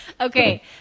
Okay